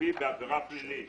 סופי בעבירה פלילית".